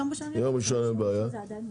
יום ראשון הבא.